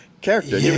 character